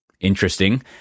interesting